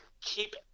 keep